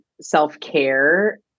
self-care